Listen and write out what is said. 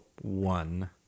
one